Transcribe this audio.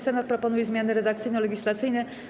Senat proponuje zmiany redakcyjno-legislacyjne.